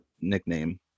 nickname